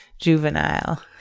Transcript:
juvenile